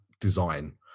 design